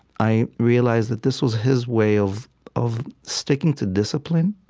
i realized that this was his way of of sticking to discipline